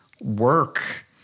work